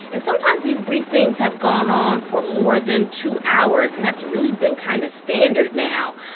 and, sometimes, these briefings have gone on for more than two hours. and that's really been kind of standard now.